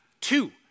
two